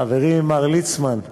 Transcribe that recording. חברי מר ליצמן,